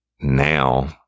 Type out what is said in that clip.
now